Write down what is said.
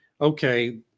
okay